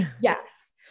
Yes